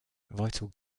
vital